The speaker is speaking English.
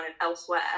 elsewhere